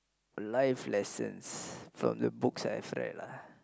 life lessons from the books I've read lah